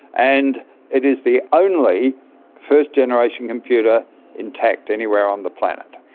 and it is the only first-generation computer intact anywhere on the planet.